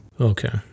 Okay